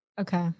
Okay